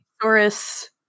Doris